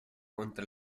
contra